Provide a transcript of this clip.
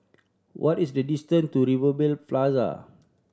what is the distance to Rivervale Plaza